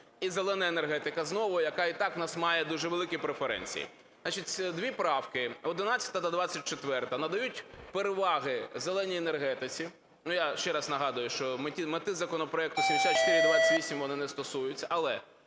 і "зелена" енергетика знову, яка і так у нас має дуже великі преференції. Значить дві правки: 11-а та 24-а надають переваги "зеленій" енергетиці. Я ще раз нагадую, що мети законопроекту 7428 вони не стосуються, але